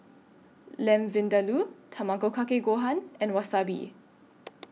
Lamb Vindaloo Tamago Kake Gohan and Wasabi